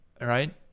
Right